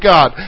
God